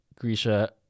Grisha